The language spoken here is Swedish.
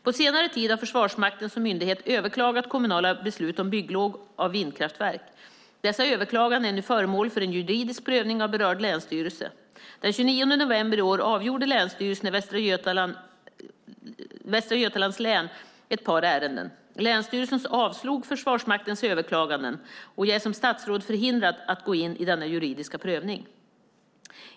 På senare tid har Försvarsmakten som myndighet överklagat kommunala beslut om bygglov av vindkraftverk. Dessa överklaganden är nu föremål för en juridisk prövning av berörd länsstyrelse. Den 29 november i år avgjorde Länsstyrelsen i Västra Götalands län ett par ärenden. Länsstyrelsen avslog Försvarsmaktens överklaganden. Jag är som statsråd förhindrad att gå in i denna juridiska prövning.